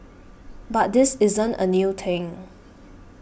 but this isn't a new thing